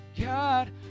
God